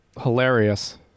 hilarious